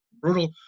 brutal